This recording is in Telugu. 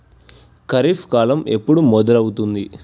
ఖరీఫ్ కాలం ఎప్పుడు మొదలవుతుంది?